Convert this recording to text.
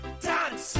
Dance